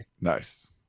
nice